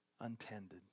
untended